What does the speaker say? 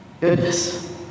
Goodness